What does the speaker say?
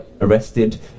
arrested